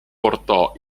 portò